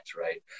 right